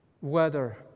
weather